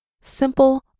simple